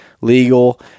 legal